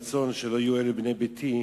יהי רצון שלא יהיו אלה בני ביתי,